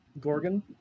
gorgon